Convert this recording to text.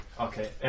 Okay